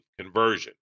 conversion